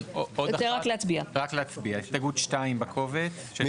על הסתייגות 2 בקובץ צריך רק להצביע.